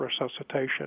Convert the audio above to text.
resuscitation